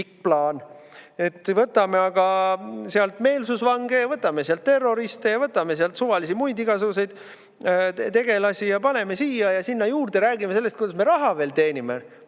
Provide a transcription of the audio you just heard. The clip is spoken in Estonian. Pikk plaan! Võtame aga sealt meelsusvange ja võtame sealt terroriste ja võtame sealt suvalisi muid tegelasi ja paneme siia ja sinna juurde. Ja räägime sellest, kuidas me veel raha teenime!